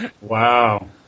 Wow